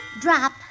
drop